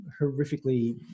horrifically